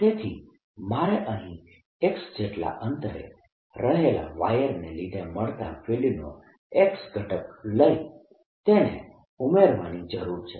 તેથી મારે અહીં x જેટલા અંતરે રહેલા વાયરને લીધે મળતા ફિલ્ડનો X ઘટક લઇ તેને ઉમેરવાની જરૂર છે